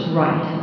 right